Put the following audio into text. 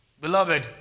Beloved